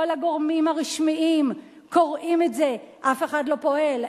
כל הגורמים הרשמיים קוראים את זה, אף אחד לא פועל.